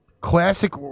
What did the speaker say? classic